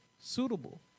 suitable